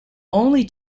only